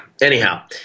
Anyhow